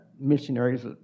missionaries